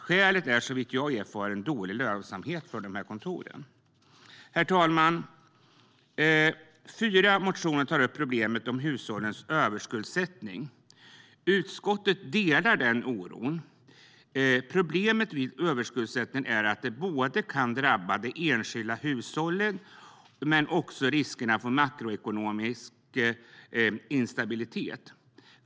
Skälet är såvitt jag erfarit dålig lönsamhet för kontoren. Herr talman! Fyra motioner tar upp problemet med hushållens överskuldsättning. Utskottet delar denna oro. Problemet vid överskuldsättning är att det kan drabba det enskilda hushållet, men det innebär också risker för makroekonomisk instabilitet.